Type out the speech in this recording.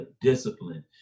discipline